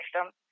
system